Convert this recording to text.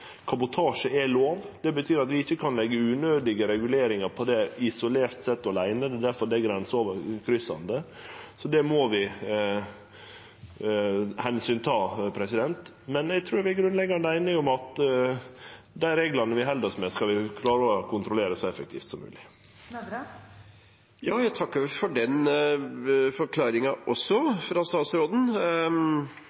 Kabotasje er lov. Det betyr at vi ikkje kan leggje unødige reguleringar på det åleine, isolert sett. Det er difor det er grensekryssande. Det må vi ta omsyn til. Men eg trur vi er grunnleggjande einige om at dei reglane vi held oss med, skal vi klare å kontrollere så effektivt som mogleg. Jeg takker for